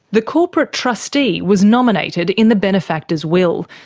the corporate trustee was nominated in the benefactor's will,